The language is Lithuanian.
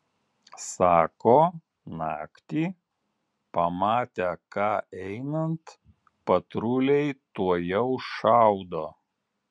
sako naktį pamatę ką einant patruliai tuojau šaudo